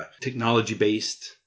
technology-based